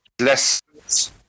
less